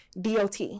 DOT